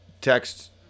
text